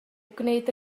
gwneud